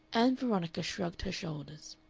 ann veronica shrugged her shoulders.